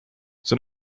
see